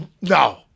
No